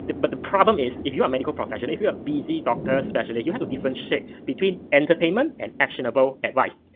but the problem is if you're a medical professional, if you're a busy doctor, specialist, you have to differentiate between entertainment and actionable advice.